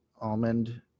almond